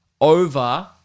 over